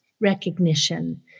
recognition